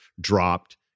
dropped